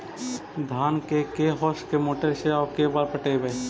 धान के के होंस के मोटर से औ के बार पटइबै?